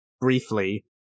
briefly